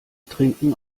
trinken